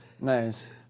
Nice